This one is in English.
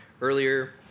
earlier